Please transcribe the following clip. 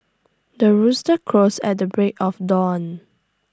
the rooster crows at the break of dawn